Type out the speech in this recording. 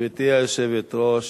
גברתי היושבת-ראש,